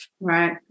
Right